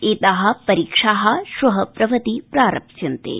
एता परीक्षा श्व प्रभृति प्रारप्स्यन्ते